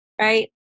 right